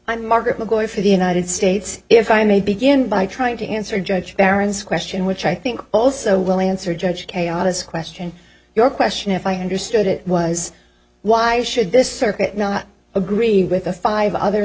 i'm margaret magoi for the united states if i may begin by trying to answer judge barron's question which i think also will answer judge chaos question your question if i understood it was why should this circuit not agree with the five other